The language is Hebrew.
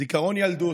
זיכרון ילדות: